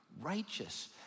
Righteous